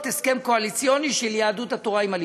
הסכם קואליציוני של יהדות התורה עם הליכוד.